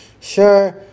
sure